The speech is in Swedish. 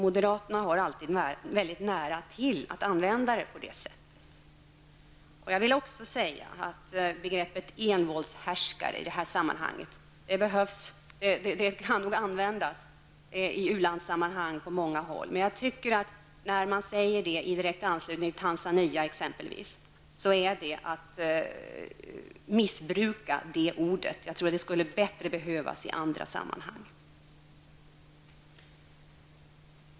Moderaterna har alltid mycket nära till att använda det på det sättet. Jag vill också säga att begreppet envåldshärskare nog kan användas i u-landssammanhang på många håll, men när det sägs i direkt anslutning till Tanzania tycker jag att det är att missbruka det ordet. Det skulle behövas bättre i andra sammanhang.